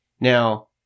Now